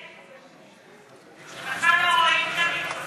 יש בשוק, שבכלל לא רואים את המתמחים.